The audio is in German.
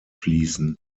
fließen